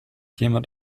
jemand